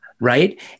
right